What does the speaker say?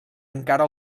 encara